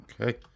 Okay